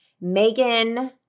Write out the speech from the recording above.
Megan